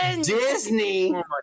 Disney